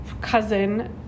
cousin